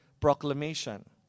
proclamation